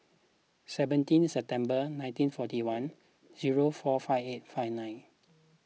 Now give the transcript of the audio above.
seventeen September nineteen forty one zero four five eight five nine